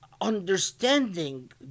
understanding